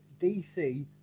DC